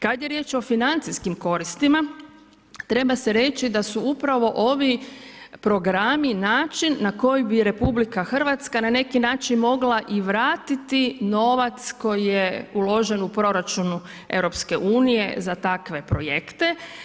Kad je riječ o financijskim koristima, treba se reći da su upravo ovi programi način na koji bi RH na neki način mogla i vratiti novac koji je uložen u proračunu EU za takve projekte.